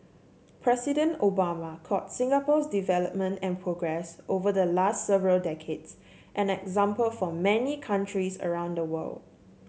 President Obama called Singapore's development and progress over the last several decades an example for many countries around the world